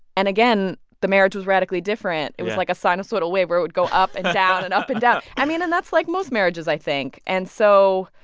and again, the marriage was radically different yeah it was like a sinusoidal wave where it would go up and down and up and down. i mean, and that's like most marriages, i think. and so,